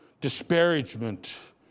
disparagement